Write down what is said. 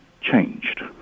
changed